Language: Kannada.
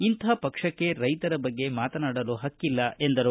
ಇಂಥ ಪಕ್ಷಕ್ಕೆ ರೈತರ ಬಗ್ಗೆ ಮಾತನಾಡಲು ಪಕ್ಕಿಲ್ಲ ಎಂದರು